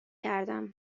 کردم